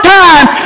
time